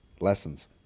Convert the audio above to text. lessons